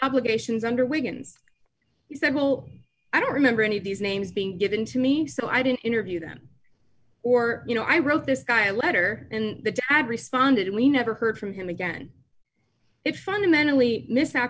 obligations under wigan's he said well i don't remember any of these names being given to me so i didn't interview them or you know i wrote this guy a letter and the tab responded we never heard from him again it fundamentally misap